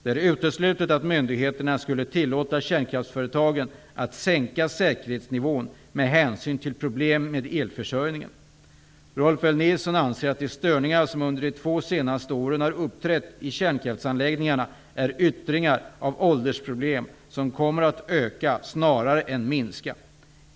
Det är uteslutet att myndigheterna skulle tillåta kärnkraftsföretagen att sänka säkerhetsnivån med hänsyn till problem med elförsörjningen. Rolf L Nilson anser att de störningar som under de två senaste åren har uppträtt i kärnkraftsanläggningarna är yttringar av åldersproblem, som kommer att öka snarare än minska.